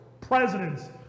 presidents